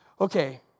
okay